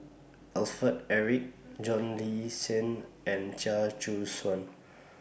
Alfred Eric John Le Cain and Chia Choo Suan